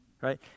right